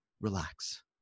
relax